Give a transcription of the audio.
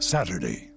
Saturday